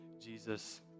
Jesus